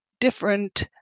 Different